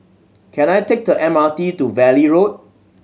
can I take the M R T to Valley Road